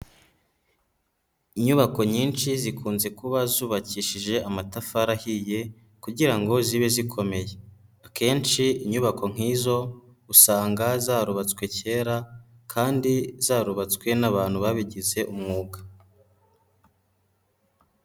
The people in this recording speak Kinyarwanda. Inyubako nyinshi zikunze kuba zubakishije amatafari ahiye kugira ngo zibe zikomeye, akenshi inyubako nk'izo usanga zarubatswe kera kandi zarubatswe n'abantu babigize umwuga.